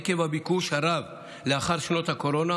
עקב הביקוש הרב לאחר שנות הקורונה,